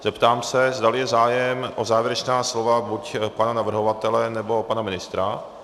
Zeptám se, zdali je zájem o závěrečná slova buď pana navrhovatele, nebo pana ministra.